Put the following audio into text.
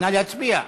נא להצביע.